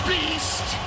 Beast